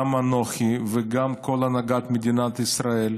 גם אנוכי וגם כל הנהגת מדינת ישראל.